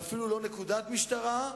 ואפילו לא נקודת משטרה,